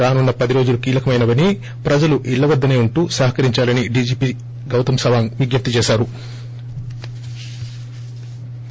రానున్న పది రోజులు కీలకమైనవని ప్రజలు ఇళ్ళ వద్దనే ఉంటూ సహకరిందాలని డీజీపీ గౌతమ్ సవాంగ్ విజ్ఞప్తి చేశారు